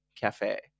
cafe